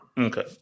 okay